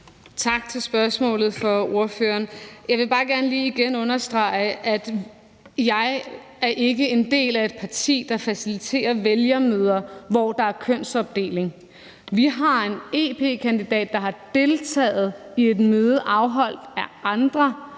Tak til ordføreren for spørgsmålet. Jeg vil bare gerne lige igen understrege, at jeg ikke er en del af et parti, der faciliterer vælgermøder, hvor der er kønsopdeling. Vi har en EP-kandidat, der har deltaget i et møde afholdt af andre,